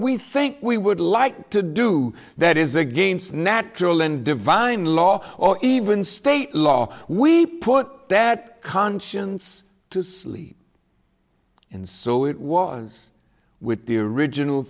we think we would like to do that is against natural and divine law or even state law we put that conscience to sleep in so it was with the original